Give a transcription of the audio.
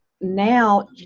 Now